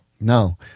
No